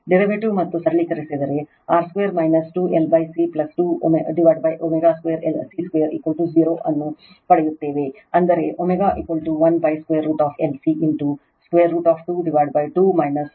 Derivative ಮತ್ತು ಸರಳೀಕರಿಸಿದರೆ R 2 2 LC 2ω2 C 20 ಅದನ್ನು ಪಡೆಯುತ್ತೇವೆ ಅಂದರೆ ω 1 √L C √2 2 R 2C L